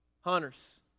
Hunters